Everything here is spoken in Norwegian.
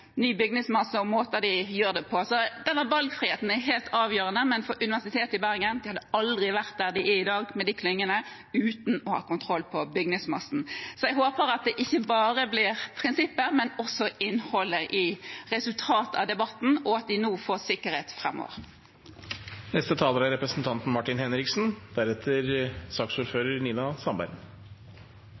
ny bygningsmasse, og måten de gjør det på. Så den valgfriheten er helt avgjørende, men Universitetet i Bergen hadde aldri vært der de er i dag, med de klyngene, uten å ha kontroll med bygningsmassen. Så jeg håper at det ikke bare blir prinsipper, men også innholdet i resultatet av debatten, og at de nå får sikkerhet